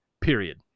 period